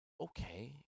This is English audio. okay